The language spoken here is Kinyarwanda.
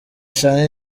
charly